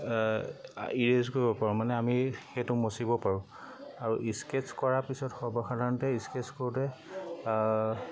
কৰিব পাৰোঁ মানে আমি সেইটো মচিব পাৰোঁ আৰু স্কেটছ কৰাৰ পিছত সৰ্বসাধাৰণতে স্কেটছ কৰোঁতে